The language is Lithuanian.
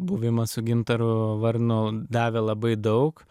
buvimas su gintaru varnu davė labai daug